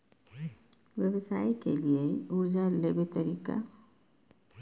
व्यवसाय के लियै कर्जा लेबे तरीका?